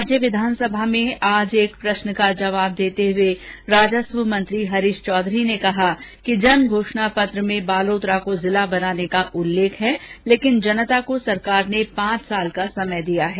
राज्य विधानसभा में आज एक तारांकित प्रष्न का जवाब देते हुए राजस्व मंत्री हरीष चौधरी ने बताया कि जन घोषणा पत्र में बालोतरा को जिला बनाने का उल्लेख है लेकिन जनता को सरकार ने पांच साल का वक्त दिया है